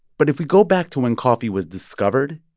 but if we go back to when coffee was discovered,